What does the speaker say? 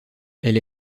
elle